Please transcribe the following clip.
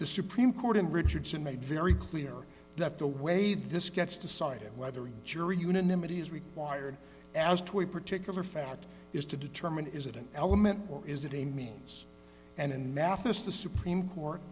the supreme court in richardson made very clear that the way this gets decided whether a jury unanimity is required as to a particular fact is to determine is it an element or is it a means and in mathis the supreme court